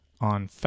on